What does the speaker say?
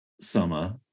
summer